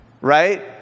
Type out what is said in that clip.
right